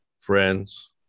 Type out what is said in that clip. Friends